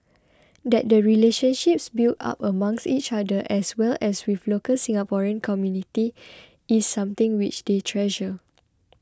that the relationships built up amongst each other as well as with local Singaporean community is something which they treasure